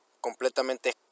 completamente